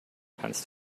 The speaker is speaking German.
kannst